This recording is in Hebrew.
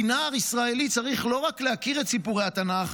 כי נער ישראלי צריך לא רק להכיר את סיפורי התנ"ך,